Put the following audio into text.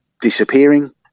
disappearing